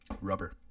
Rubber